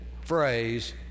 phrase